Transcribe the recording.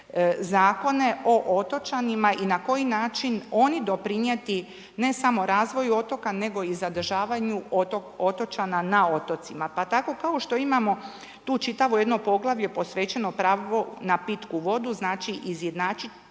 zakone o otočanima i na koji način oni doprijeti ne samo razvoju otoka nego i zadržavanju otočana na otocima pa tako kao što imamo tu čitavo jedno poglavlje posvećeno pravu na pitku vodu, znači izjednačit